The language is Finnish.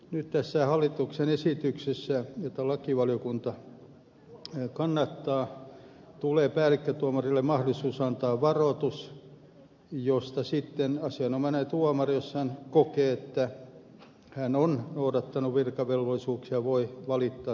nyt tässä hallituksen esityksessä jota lakivaliokunta kannattaa tulee päällikkötuomarille mahdollisuus antaa varoitus josta sitten asianomainen tuomari jos hän kokee että hän on noudattanut virkavelvollisuuksia voi valittaa tuomioistuinlaitoksen sisällä